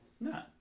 No